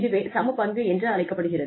இதுவே சமபங்கு என்று அழைக்கப்படுகிறது